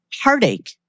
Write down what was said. heartache